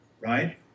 right